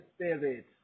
Spirit